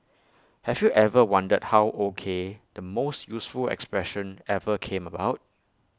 have you ever wondered how O K the most useful expression ever came about